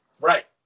Right